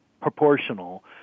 proportional